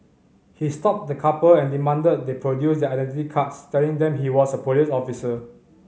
he stopped the couple and demanded they produce their identity cards telling them he was a police officer